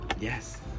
Yes